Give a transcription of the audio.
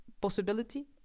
possibility